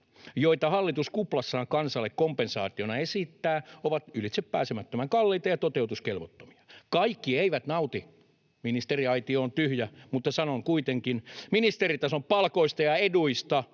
joita hallitus kuplassaan kansalle kompensaatioina esittää, ovat ylitsepääsemättömän kalliita ja toteutuskelvottomia. Kaikki eivät nauti — ministeriaitio on tyhjä, mutta sanon kuitenkin — ministeritason palkoista ja eduista